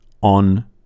on